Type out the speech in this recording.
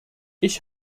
ich